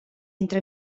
entre